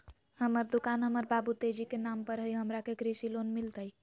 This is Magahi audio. हमर दुकान हमर बाबु तेजी के नाम पर हई, हमरा के कृषि लोन मिलतई?